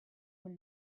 min